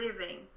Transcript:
living